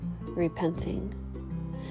repenting